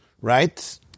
Right